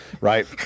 right